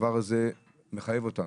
הדבר הזה מחייב אותנו,